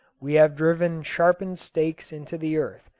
we have driven sharpened stakes into the earth,